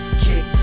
kick